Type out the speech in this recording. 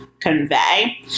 convey